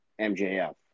MJF